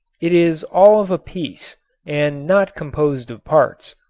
it is all of a piece and not composed of parts.